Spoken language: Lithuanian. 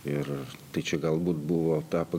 ir tai čia galbūt buvo tą